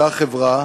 אותה חברה